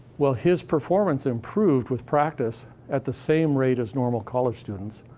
well, his performance improved with practice at the same rate as normal college students,